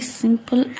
simple